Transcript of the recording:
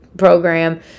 program